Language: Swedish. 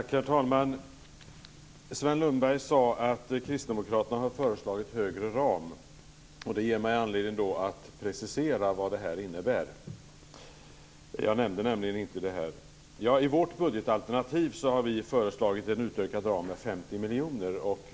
Herr talman! Sven Lundberg sade att Kristdemokraterna har föreslagit utökad ram. Det ger mig anledning att precisera vad det här innebär. Jag nämnde nämligen inte detta. I vårt budgetalternativ har vi föreslagit en utökad ram med 50 miljoner.